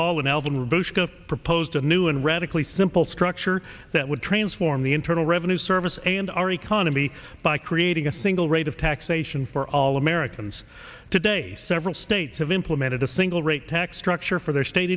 has proposed a new and radically simple structure that would transform the internal revenue service and our economy by creating a single rate of taxation for all americans today several states have implemented a single rate tax structure for their state